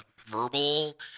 Verbal